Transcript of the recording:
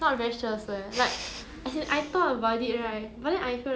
what is it what is it ah